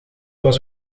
was